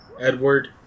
Edward